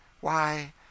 Why